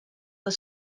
the